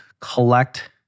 collect